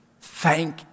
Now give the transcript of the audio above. Thank